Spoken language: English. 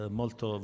molto